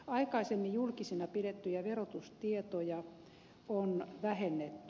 aikaisemmin julkisina pidettyjä verotustietoja on vähennetty